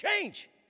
change